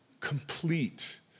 complete